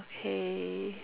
okay